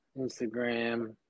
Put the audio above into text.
Instagram